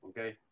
okay